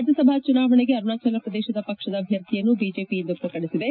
ರಾಜ್ಯಸಭಾ ಚುನಾವಣೆಗೆ ಅರುಣಾಚಲಪ್ರದೇಶದ ಪಕ್ಷದ ಅಭ್ಯರ್ಥಿಯನ್ನು ಬಿಜೆಪಿ ಇಂದು ಪ್ರಕಟಿಸಿದೆ